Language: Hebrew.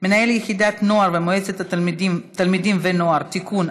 (מנהל יחידת נוער ומועצת תלמידים ונוער) (תיקון),